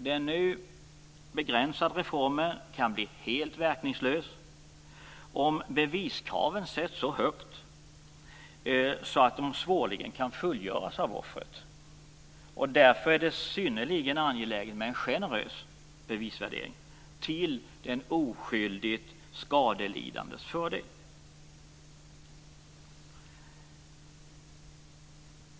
Den begränsade reformen kan bli helt verkningslös om beviskraven sätts så högt att de svårligen kan fullgöras av offret. Därför är det synnerligen angeläget med en generös bevisvärdering till den oskyldigt skadelidandes fördel.